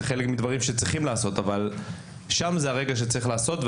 זה חלק מדברים שצריכים לעשות אבל שם הרגע שצריך לעשות.